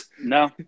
no